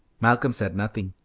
malcolm said nothing,